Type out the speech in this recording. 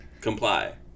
comply